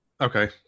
Okay